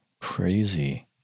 Crazy